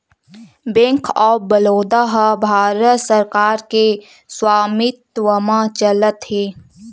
bank of Baroda ह भारत सरकार के स्वामित्व म चलत हे